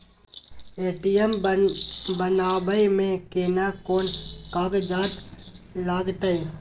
ATM बनाबै मे केना कोन कागजात लागतै?